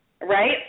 Right